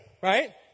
right